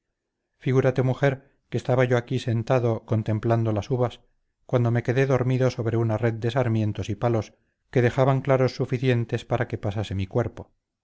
parra figúrate mujer que estaba yo aquí sentado contemplando las uvas cuando me quedé dormido sobre una red de sarmientos y palos que dejaban claros suficientes para que pasase mi cuerpo